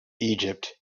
egypt